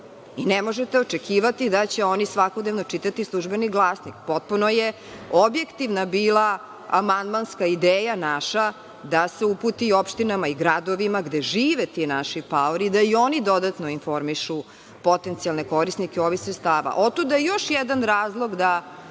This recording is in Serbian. Ne možete očekivati da će oni svakodnevno čitati „Službeni glasnik“.Potpuno je objektivna bila naša amandmanska ideja da se uputi i opštinama i gradovima gde žive ti naši paori da i oni dodatno informišu potencijale korisnike ovih sredstava. Otuda još jedan razlog da